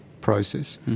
process